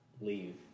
leave